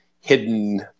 hidden